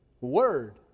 word